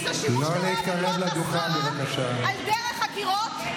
עושה שימוש לרעה בכוח השררה על דרך חקירות,